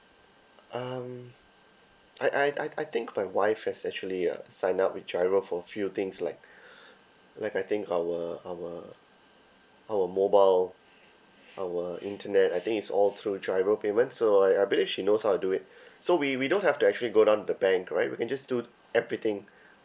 um I I I I think my wife has actually uh signed up with giro for few things like like I think our our our mobile our internet I think is all through giro payment so I I'm betting she knows how do it so we we don't have to actually go down to the bank right we can just do everything